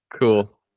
cool